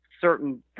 certain